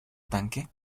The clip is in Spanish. tanque